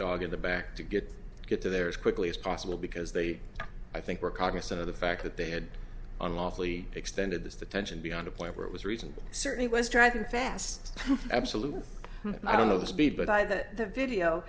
dog in the back to get get there as quickly as possible because they i think we're cognizant of the fact that they had unlawfully extended this detention beyond a point where it was reasonable certainly was driving fast absolute i don't know the speed but i that the video